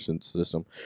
system